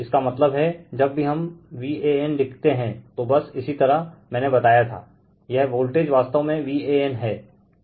इसका मतलब हैं जब भी हम Van लिखते हैं तो बस इसी तरह मैने बताया था यह वोल्टेज वास्तव में Van हैं